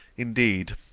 indeed!